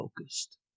focused